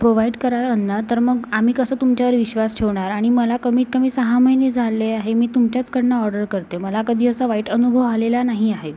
provide करायला अन्न तर मग आम्ही कसं तुमच्यावर विश्वास ठेवणार आणि मला कमीतकमी सहा महिने झाले आहे मी तुमच्याचकडनं ऑर्डर करते मला कधी असा वाईट अनुभव आलेला नाही आहे